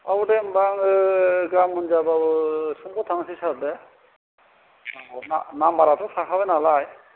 औ दे होनबा आङो गाबोन थायाबाबो समफोर थांसै सार दे ना नाम्बाराथ' थाखाबाय नालाय